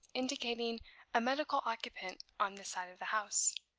indicating a medical occupant on this side of the house,